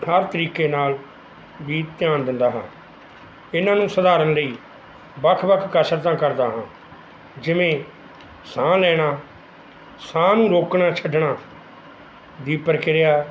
ਹਰ ਤਰੀਕੇ ਨਾਲ਼ ਵੀ ਧਿਆਨ ਦਿੰਦਾ ਹਾਂ ਇਹਨਾਂ ਨੂੰ ਸੁਧਾਰਨ ਲਈ ਵੱਖ ਵੱਖ ਕਸ਼ਰਤਾਂ ਕਰਦਾ ਹਾਂ ਜਿਵੇਂ ਸਾਹ ਲੈਣਾ ਸਾਹ ਨੂੰ ਰੋਕਣਾ ਛੱਡਣਾ ਦੀ ਪ੍ਰਕਿਰਿਆ